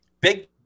Big